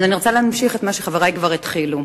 אני רוצה להמשיך את מה שחברי כבר התחילו,